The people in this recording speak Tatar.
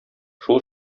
шул